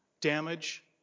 damage